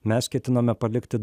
mes ketiname palikti